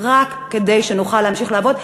רק כדי שנוכל להמשיך לעבוד.